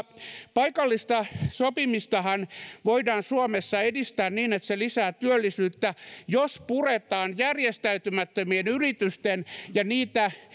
paikallista sopimistahan voidaan suomessa edistää niin että se lisää työllisyyttä jos puretaan järjestäytymättömien yritysten ja